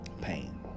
pain